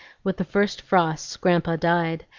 with the first frosts grandpa died,